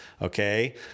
Okay